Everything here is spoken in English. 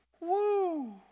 Woo